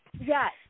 Yes